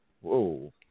Whoa